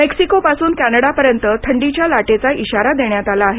Mexico पासून कॅनडापर्यन्त थंडीच्या लाटेचा इशारा देण्यात आला आहे